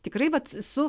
tikrai vat su